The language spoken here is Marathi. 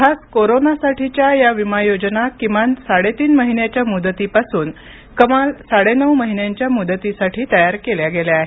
खास कोरोनासाठीच्या या विमा योजना किमान साडेतीन महिन्याच्या मुदतीपासून कमाल साडेनऊ महिन्यांच्या मुदतीसाठी तयार केल्या गेल्या आहेत